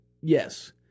Yes